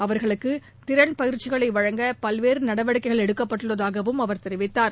அவர்களுக்கு திறன் பயற்சிகளை வழங்க பல்வேறு நடவடிக்கைகள் எடுக்கப்பட்டுள்ளதாகவும் அவர் தெரிவித்தார்